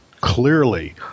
clearly